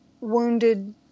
wounded